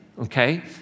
okay